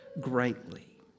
greatly